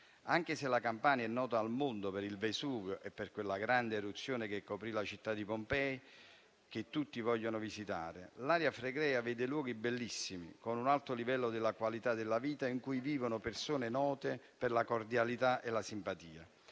Anche se la Campania è nota al mondo per il Vesuvio e per quella grande eruzione che coprì la città di Pompei, che tutti vogliono visitare, l'area flegrea vede luoghi bellissimi, con un alto livello della qualità della vita, in cui vivono persone note per la cordialità e la simpatia.